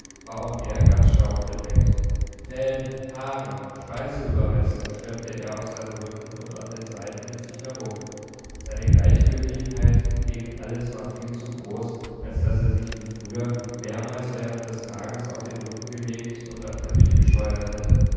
war auch er ganz staubbedeckt fäden haare speiseüberreste schleppte er auf seinem rücken und an den seiten mit sich herum seine gleichgültigkeit gegen alles war viel zu groß als daß er sich wie früher mehrmals während des tages auf den rücken gelegt und am teppich gescheuert hätte